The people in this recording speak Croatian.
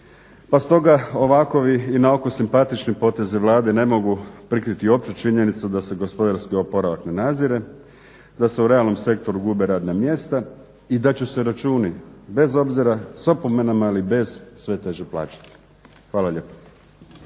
Pa stoga ovakovi i na oko simpatični potezi Vlade ne mogu prikriti opću činjenicu da se gospodarski oporavak ne nazire, da se u realnom sektoru gube radna mjesta i da će se računi bez obzira s opomenama ili bez sve teže plaćati. Hvala lijepo.